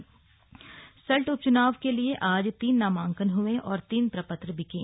सल्ट उपचनाव सल्ट उपच्नाव के लिए आज तीन नामांकन हए और तीन प्रपत्र बिके